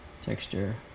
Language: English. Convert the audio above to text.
texture